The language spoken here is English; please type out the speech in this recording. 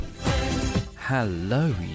Hello